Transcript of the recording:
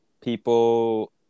people